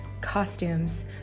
costumes